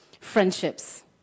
friendships